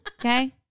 okay